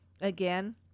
Again